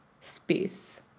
space